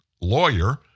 lawyer